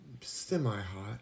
semi-hot